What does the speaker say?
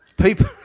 people